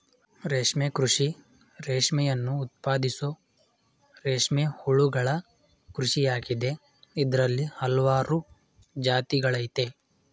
ರೇಷ್ಮೆ ಕೃಷಿ ರೇಷ್ಮೆಯನ್ನು ಉತ್ಪಾದಿಸೋ ರೇಷ್ಮೆ ಹುಳುಗಳ ಕೃಷಿಯಾಗಿದೆ ಇದ್ರಲ್ಲಿ ಹಲ್ವಾರು ಜಾತಿಗಳಯ್ತೆ